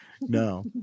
no